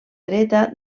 dreta